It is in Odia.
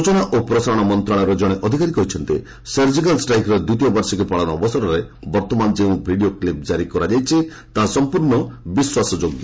ସୂଚନା ଓ ପ୍ରସାରଣ ମନ୍ତ୍ରଣାଳୟର କଣେ ଅଧିକାରୀ କହିଛନ୍ତି ସର୍ଜିକାଲ୍ ଷ୍ଟ୍ରାଇକ୍ର ଦ୍ୱିତୀୟ ବାର୍ଷିକୀ ପାଳନ ଅବସରରେ ବର୍ତ୍ତମାନ ଯେଉଁ ଭିଡ଼ିଓ କ୍ଲିପ୍ ଜାରି କରାଯାଇଛି ତାହା ସମ୍ପୂର୍ଣ୍ଣ ବିଶ୍ୱାସ ଯୋଗ୍ୟ